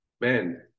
man